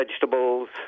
vegetables